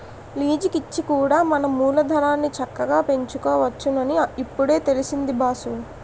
లీజికిచ్చి కూడా మన మూలధనాన్ని చక్కగా పెంచుకోవచ్చునని ఇప్పుడే తెలిసింది బాసూ